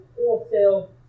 wholesale